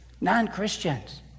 non-Christians